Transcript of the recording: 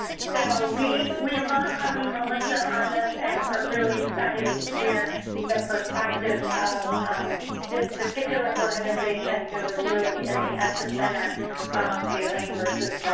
so, we we love having melissa on and are really excited to hear the perspective of this particular organization who is really in the epicenter of the lane v.